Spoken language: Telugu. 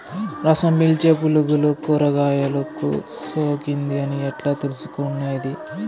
రసం పీల్చే పులుగులు కూరగాయలు కు సోకింది అని ఎట్లా తెలుసుకునేది?